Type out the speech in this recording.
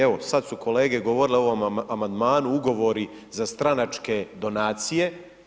Evo, sada su kolege govorile o ovom amandmanu, ugovori za stranačke donacije.